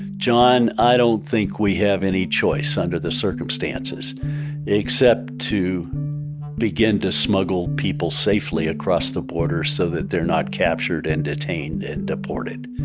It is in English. john, i don't think we have any choice under the circumstances except to begin to smuggle people safely across the border so that they're not captured and detained and deported.